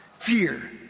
Fear